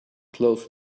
closer